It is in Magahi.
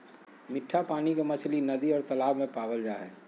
मिट्ठा पानी के मछली नदि और तालाब में पावल जा हइ